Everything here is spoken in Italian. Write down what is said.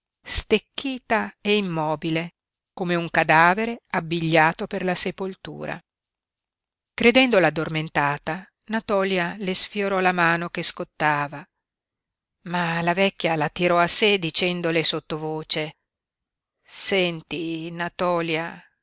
stecchita e immobile come un cadavere abbigliato per la sepoltura credendola addormentata natòlia le sfiorò la mano che scottava ma la vecchia l'attirò a sé dicendole sottovoce senti natòlia